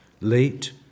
late